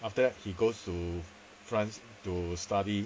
after that he goes to france to study